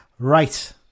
Right